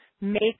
Make